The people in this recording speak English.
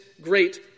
great